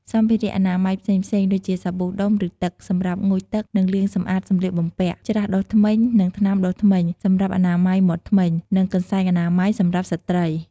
សម្ភារៈអនាម័យផ្សេងៗ ដូចជា សាប៊ូដុំឬទឹក សម្រាប់ងូតទឹក និងលាងសម្អាតសម្លៀកបំពាក់ ច្រាសដុសធ្មេញ និងថ្នាំដុសធ្មេញ សម្រាប់អនាម័យមាត់ធ្មេញ និង កន្សែងអនាម័យ សម្រាប់ស្ត្រី។